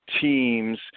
Teams